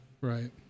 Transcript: Right